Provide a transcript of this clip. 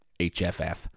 HFF